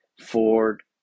ford